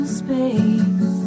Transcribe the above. space